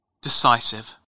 decisive